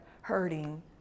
hurting